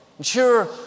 Sure